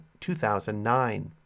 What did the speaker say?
2009